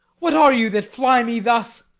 what are you that fly me thus?